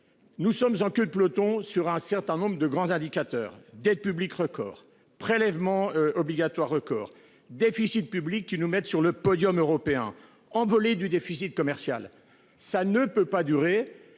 Nous sommes en queue de peloton sur un certain nombre de grands indicateurs d'aide publique record prélèvements obligatoires record déficit public qui nous mettent sur le podium européen envolée du déficit commercial. Ça ne peut pas durer.